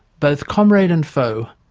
both comrade and foe,